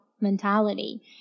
mentality